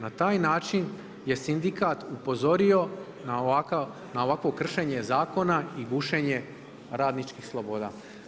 Na taj način je sindikat upozorio na ovakvo kršenje zakona i gušenje radničkih sloboda.